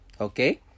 okay